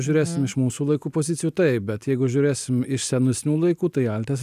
žiūrėsim iš mūsų laikų pozicijų taip bet jeigu žiūrėsim iš senesnių laikų tai antas